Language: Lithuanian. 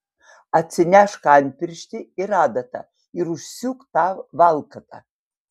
atsinešk antpirštį ir adatą ir užsiūk tą valkatą